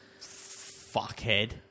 Fuckhead